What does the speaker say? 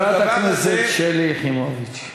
חברת הכנסת שלי יחימוביץ.